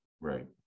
Right